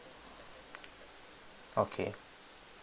okay